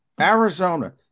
Arizona